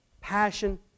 passion